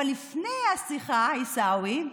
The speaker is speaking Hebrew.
אבל לפני השיחה, עיסאווי,